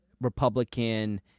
republican